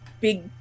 big